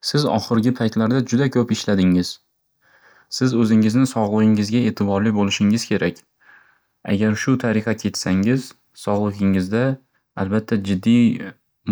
Siz oxirgi paytlarda juda ko'p ishladingiz. Siz o'zingizni sog'ligingizga e'tiborli bo'lishingiz kerak. Agar shu tariqa ketsangiz, sog'ligingizda albatda jiddiy